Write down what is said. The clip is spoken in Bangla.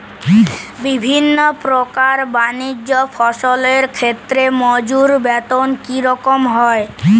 বিভিন্ন প্রকার বানিজ্য ফসলের ক্ষেত্রে মজুর বেতন কী রকম হয়?